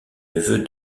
neveu